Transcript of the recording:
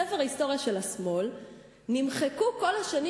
בספר ההיסטוריה של השמאל נמחקו כל השנים